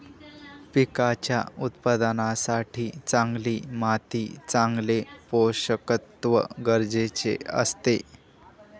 पिकांच्या उत्पादनासाठी चांगली माती चांगले पोषकतत्व गरजेचे असते